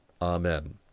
Amen